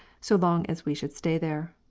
so long as we should stay there.